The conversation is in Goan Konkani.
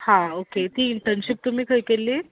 हां ओके ती इंटर्नशीप तुमी खंय केल्ली